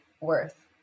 worth